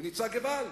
ונצעק געוואלד,